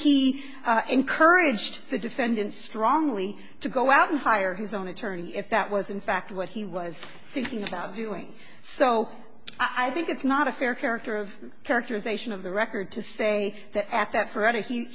e encouraged the defendant strongly to go out and hire his own attorney if that was in fact what he was thinking about doing so i think it's not a fair character of characterization of the record to say that at that f